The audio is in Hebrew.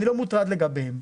אני לא מוטרד לגביהם,